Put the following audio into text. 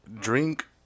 drink